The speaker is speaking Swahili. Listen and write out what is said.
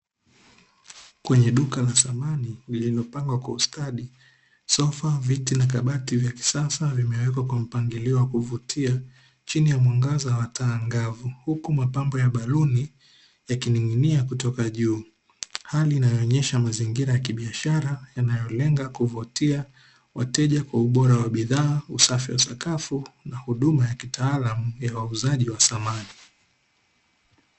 Kwenye duka la samani lililopangwa kwa ustadi sofa, viti na kabati vya kisasa vimewekwa kwa mpangilio wa kuvutia. Chini ya mwangaza wa taa angavu huku mapambo ya baluni yakining’ining’inia kutoka juu, hali inayoonyesha mazingira ya kibiashara yanayolenga kuvutia wateja kwa ubora wa bidhaa, usafi wa sakafu na huduma ya kitaalamu ya wauzaji wa samani.